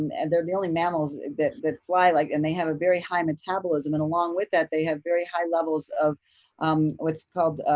and and they're really mammals that that fly like, and they have a very high metabolism and along with that they have very high levels of what's called,